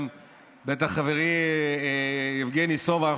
בטח גם חברי יבגני סובה,